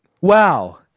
Wow